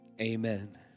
Amen